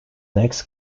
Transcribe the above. next